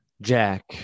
Jack